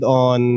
on